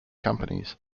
companies